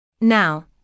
Now